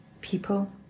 People